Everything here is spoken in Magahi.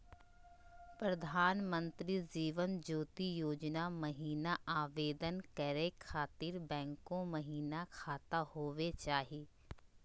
प्रधानमंत्री जीवन ज्योति योजना महिना आवेदन करै खातिर बैंको महिना खाता होवे चाही?